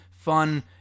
fun